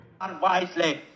Unwisely